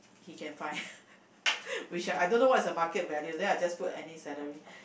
he can find which I don't know what is the market value then I just put any salary